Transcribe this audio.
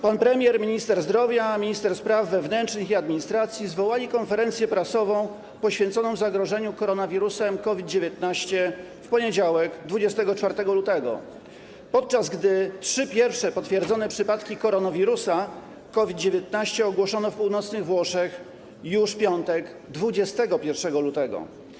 Pan premier, minister zdrowia, minister spraw wewnętrznych i administracji zwołali konferencję prasową poświęconą zagrożeniu koronawirusem COVID-19 w poniedziałek, 24 lutego, podczas gdy trzy pierwsze potwierdzone przypadki koronawirusa COVID-19 ogłoszono w północnych Włoszech już w piątek, 21 lutego.